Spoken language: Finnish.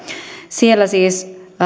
siellä siis